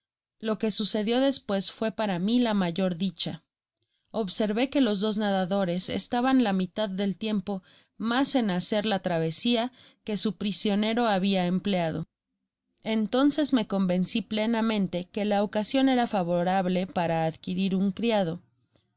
lo que sucedió despues fué para mi la mayor dicha observé que los dos nadadores estaban la mitad del tiempo mas en ha cer la travesia que su prisionero habia empleado entonces me convenci plenamente que la ocasion era favorable para adquirir un criado